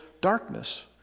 darkness